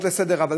בהצעות לסדר-היום,